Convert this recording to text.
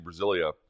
Brasilia